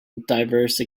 diverse